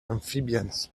amphibians